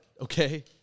okay